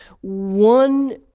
One